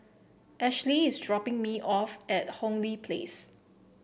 Ashlea is dropping me off at Hong Lee Place